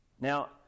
Now